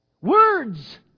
Words